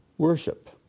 worship